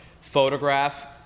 Photograph